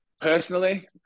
personally